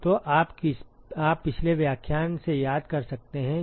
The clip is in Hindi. तो आप पिछले व्याख्यान से याद कर सकते हैं